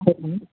hello